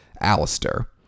Alistair